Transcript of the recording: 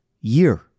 year